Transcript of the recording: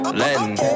letting